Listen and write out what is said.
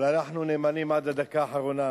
אבל אנחנו נאמנים עד הדקה האחרונה,